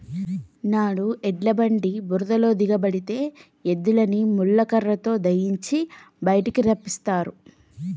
నాడు ఎడ్ల బండి బురదలో దిగబడితే ఎద్దులని ముళ్ళ కర్రతో దయియించి బయటికి రప్పిస్తారు